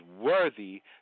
worthy